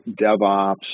DevOps